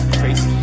crazy